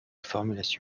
formulation